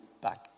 back